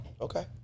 okay